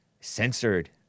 censored